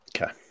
Okay